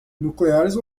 nucleares